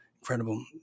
incredible